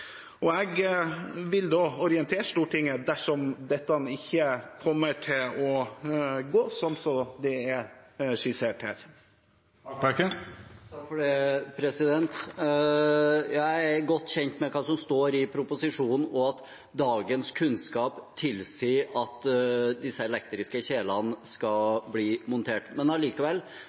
og jeg vil orientere Stortinget dersom dette ikke kommer til å gå sånn som det er skissert her. Jeg er godt kjent med hva som står i proposisjonen, og at dagens kunnskap tilsier at disse elektriske kjelene skal bli montert, men allikevel